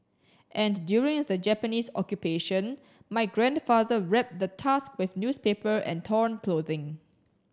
and during the Japanese Occupation my grandfather wrap the tusk with newspaper and torn clothing